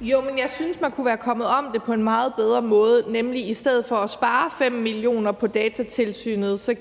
Jo, men jeg synes, man kunne være kommet om ved det på en meget bedre måde, nemlig ved i stedet for at spare 5 mio. kr. på Datatilsynet så at